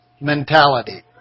mentality